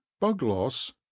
bugloss